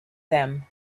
them